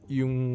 yung